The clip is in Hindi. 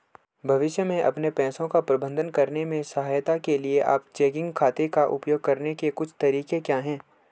भविष्य में अपने पैसे का प्रबंधन करने में सहायता के लिए आप चेकिंग खाते का उपयोग करने के कुछ तरीके क्या हैं?